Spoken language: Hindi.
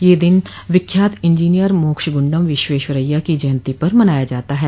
यह दिन विख्यात इंजीनियर मोक्षगुंडम विश्वेश्वरय्या की जयंती पर मनाया जाता है